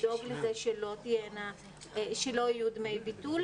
לדאוג לזה שלא יהיו דמי ביטול.